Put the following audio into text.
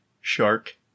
Shark